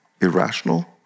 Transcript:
irrational